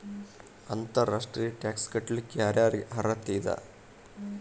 ಅಂತರ್ ರಾಷ್ಟ್ರೇಯ ಟ್ಯಾಕ್ಸ್ ಕಟ್ಲಿಕ್ಕೆ ಯರ್ ಯಾರಿಗ್ ಅರ್ಹತೆ ಅದ?